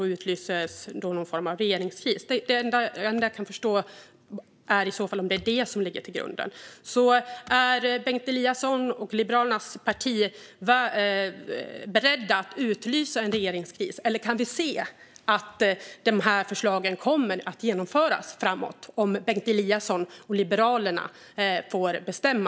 Då utlöses någon form av regeringskris. Det är det enda jag kan förstå skulle ligga som grund. Är Bengt Eliasson och Liberalerna beredda att utlösa en regeringskris? Eller kan vi se att de här förslagen kommer att genomföras framåt om Bengt Eliasson och Liberalerna får bestämma?